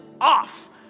off